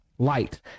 Light